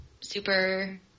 super